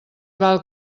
val